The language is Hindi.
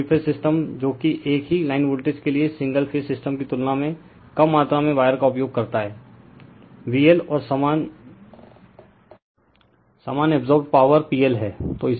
तो थ्री फेज सिस्टम जो एक ही लाइन वोल्टेज के लिए सिंगल फेज सिस्टम की तुलना में कम मात्रा में वायर का उपयोग करता है VL और समान अब्सोर्बेड पॉवर PL हैं